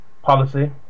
policy